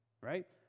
right